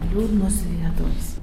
liūdnos vietos